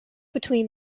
between